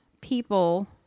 people